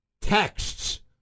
texts